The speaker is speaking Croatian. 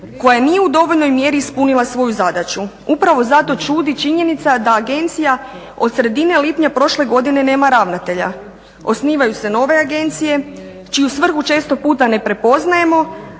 koja nije u dovoljnoj mjeri ispunila svoju zadaću. Upravo zato čudi činjenica da agencija od sredine lipnja prošle godine nema ravnatelja. Osnivaju se nove agencije čiju svrhu često puta ne prepoznajemo,